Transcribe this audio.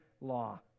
law